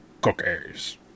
cookies